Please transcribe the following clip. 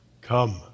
come